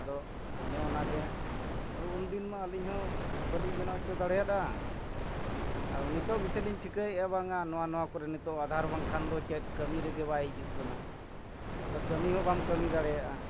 ᱟᱫᱚ ᱚᱱᱮ ᱚᱱᱟᱜᱮ ᱟᱫᱚ ᱩᱱ ᱫᱤᱱᱢᱟ ᱟᱹᱞᱤᱧ ᱦᱚᱸ ᱵᱟᱹᱞᱤᱧ ᱵᱮᱱᱟᱣ ᱦᱚᱪᱚ ᱫᱟᱲᱮᱭᱟᱜᱼᱟ ᱟᱫᱚ ᱱᱤᱛᱳᱜ ᱜᱮᱥᱮ ᱞᱤᱧ ᱴᱷᱤᱠᱟᱹᱭᱮᱜᱼᱟ ᱵᱟᱝᱟ ᱱᱚᱣᱟ ᱱᱚᱣᱟ ᱠᱚᱨᱮ ᱱᱤᱛᱳᱜ ᱟᱫᱷᱟᱨ ᱵᱟᱝᱠᱷᱟᱱ ᱫᱚ ᱪᱮᱫ ᱠᱟᱹᱢᱤ ᱨᱮᱜᱮ ᱵᱟᱭ ᱦᱤᱡᱩᱜ ᱠᱟᱱᱟ ᱚᱠᱟ ᱠᱟᱹᱢᱤ ᱦᱚᱸ ᱵᱟᱢ ᱠᱟᱹᱢᱤ ᱫᱟᱲᱮᱭᱟᱜᱼᱟ